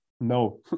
No